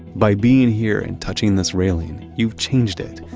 by being here and touching this railing, you've changed it.